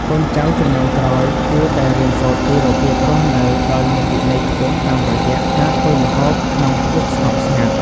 កូនចៅជំនាន់ក្រោយគួរតែរៀនសូត្រពីរបៀបរស់នៅដោយមានវិន័យខ្ពស់តាមរយៈការធ្វើម្ហូបក្នុងភាពស្ងប់ស្ងាត់។